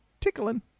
tickling